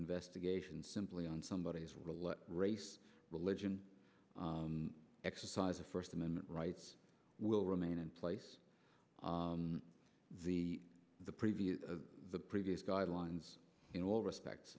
investigation simply on somebody's race religion exercise of first amendment rights will remain in place the the preview of the previous guidelines in all respects